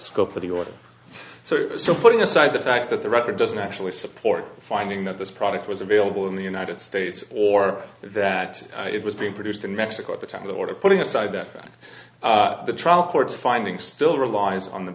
scope of the order so so putting aside the fact that the record doesn't actually support finding that this product was available in the united states or that it was being produced in mexico at the time the order putting aside that the trial court's finding still relies on the